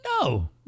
No